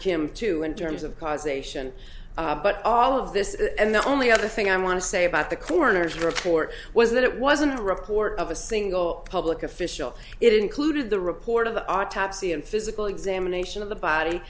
kim too in terms of causation but all of this and the only other thing i want to say about the coroner's report was that it wasn't a report of a single public official it included the report of the autopsy and physical examination of the body